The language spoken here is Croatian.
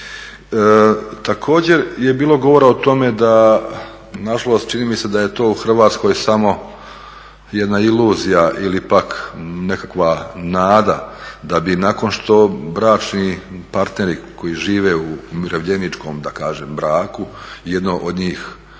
Također je bilo govora o tome da na žalost čini mi se da je to u Hrvatskoj samo jedna iluzija ili pak nekakva nada da bi nakon što bračni partneri koji žive u umirovljeničkom da kažem braku i jedno od njih